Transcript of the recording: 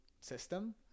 system